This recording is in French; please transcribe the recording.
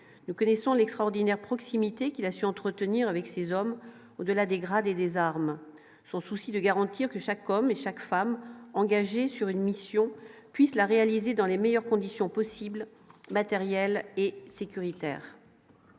nous connaissons l'extraordinaire proximité qu'il a su entretenir avec ses hommes au-delà des armes, son souci de garantir que chaque homme et chaque femme engagée sur une mission puissent la réaliser dans les meilleures conditions possibles matérielles et sécuritaires.